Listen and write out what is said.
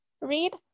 read